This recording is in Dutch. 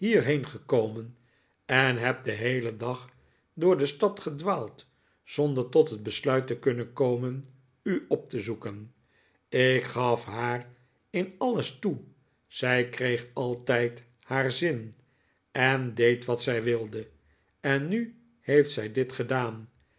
hierheen gekomen en heb den heelen dag door de stad gedwaald zonder tot het besluit te kunnen komen u op te zoeken ik gaf haar in alles toe zij kreeg altijd haar zin en deed wat zij wilde en nu heeft zij dit gedaan